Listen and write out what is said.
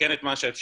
לתקן את מה שאפשר,